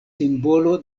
simbolo